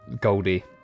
Goldie